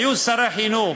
היו שרי חינוך